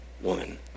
woman